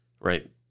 right